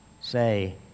say